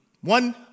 One